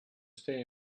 stay